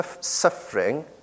suffering